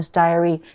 diary